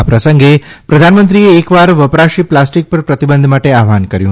આ પ્રસંગે પ્રધાનમંત્રીએ એકવાર વપરાશી પ્લાસ્ટીક પર પ્રતિબંધ માટે આહ્વાન કર્યું